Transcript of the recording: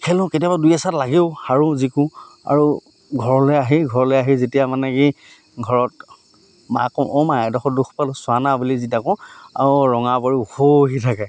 খেলোঁ কেতিয়াবা দুই এচাট লাগেও সাৰো জিকোঁ আৰু ঘৰলৈ আহি ঘৰলৈ আহি যেতিয়া মানে কি ঘৰত মাক কওঁ অঁ মা এডোখৰ দুখ পালোঁ চোৱা না বুলি যেতিয়া কওঁ আৰু ৰঙা পাৰি উখহি থাকে